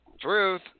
Truth